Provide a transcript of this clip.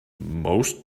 most